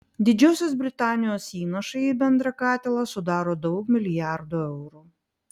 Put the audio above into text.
didžiosios britanijos įnašai į bendrą katilą sudaro daug milijardų eurų